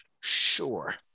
Sure